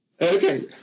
Okay